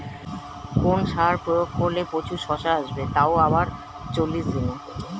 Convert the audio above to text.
কোন সার প্রয়োগ করলে প্রচুর শশা আসবে তাও আবার চল্লিশ দিনে?